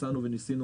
למדנו